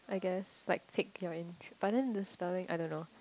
I guess like pique your interest but then the spelling I don't know